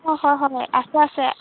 অঁ হয় হয় আছে আছে